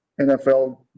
NFL